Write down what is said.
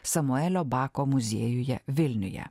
samuelio bako muziejuje vilniuje